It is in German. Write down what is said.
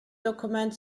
dokument